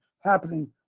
happening